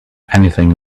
anything